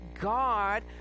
God